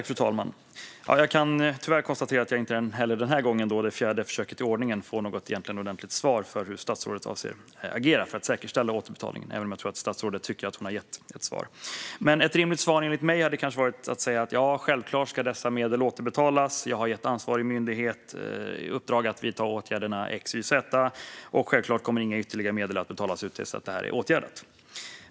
Fru talman! Jag kan tyvärr konstatera att jag inte heller den här gången, det fjärde försöket i ordningen, egentligen får något ordentligt svar på hur statsrådet avser att agera för att säkerställa återbetalningen, även om jag tror att statsrådet tycker att hon har gett mig ett svar. Ett rimligt svar hade enligt mig kanske varit: Ja, självklart ska dessa medel återbetalas. Jag har gett ansvarig myndighet i uppdrag att vidta åtgärderna x, y och z, och självklart kommer inga ytterligare medel att betalas ut förrän det här är åtgärdat.